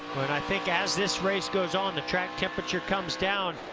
and i think as this race goes on, the track temperature comes down,